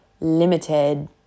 limited